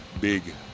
big